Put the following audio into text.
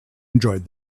enjoyed